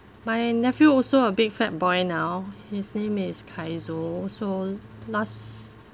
my nephew also a big fat boy now his name is kyzo so last